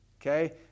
okay